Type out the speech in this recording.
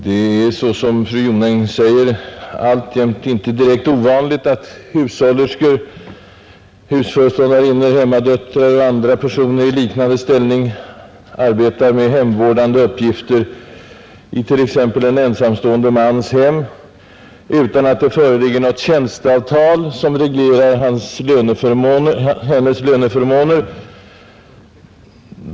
Det är, såsom fru Jonäng säger, alltjämt inte direkt ovanligt att hushållerskor, husföreståndarinnor, hemmadöttrar och andra personer i liknande ställning arbetar med hemvårdande uppgifter i t.ex. en ensamstående mans hem utan att det föreligger något tjänsteavtal, som reglerar löneförmånerna.